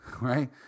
right